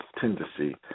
tendency